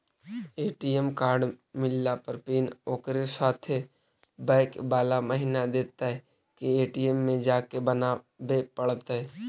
ATM card मिलला पर PIN ओकरे साथे बैक बाला महिना देतै कि ए.टी.एम में जाके बना बे पड़तै?